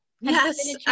Yes